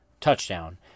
touchdown